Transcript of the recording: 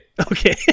Okay